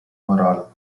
morale